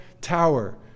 Tower